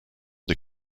des